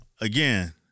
Again